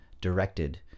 directed